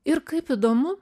ir kaip įdomu